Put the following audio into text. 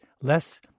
less